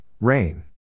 Rain